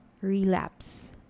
Relapse